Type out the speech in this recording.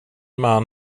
man